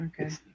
Okay